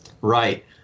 Right